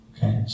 Okay